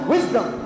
Wisdom